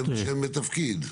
שם ותפקיד.